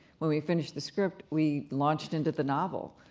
when we finished the script we launched into the novel,